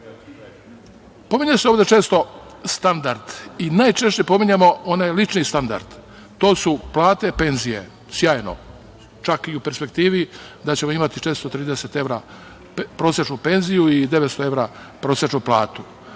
nivo. Pominje se ovde često standard. Najčešće spominjemo onaj lični standard. To su plate i penzije. Sjajno. Čak i u perspektivi da ćemo imati 430 evra prosečnu penziju i 900 evra prosečnu platu.